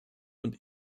und